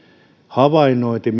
havainnointi